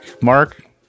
Mark